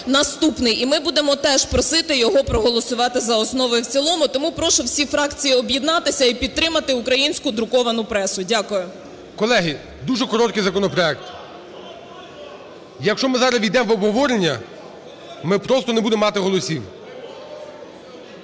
наступний, і ми будемо теж просити його проголосувати за основу і в цілому. Тому прошу всі фракції об'єднатися і підтримати українську друковану пресу. Дякую. ГОЛОВУЮЧИЙ. Колеги, дуже короткий законопроект. Якщо ми зараз ввійдемо в обговорення, ми просто не будемо мати голосів.